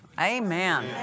Amen